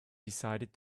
decided